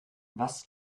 was